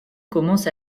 commence